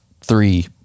three